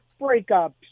Breakups